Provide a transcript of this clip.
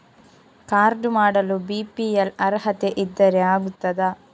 Card ಮಾಡಲು BPL ಅರ್ಹತೆ ಇದ್ದರೆ ಆಗುತ್ತದ?